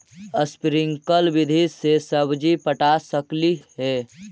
Sprinkle विधि से सब्जी पटा सकली हे?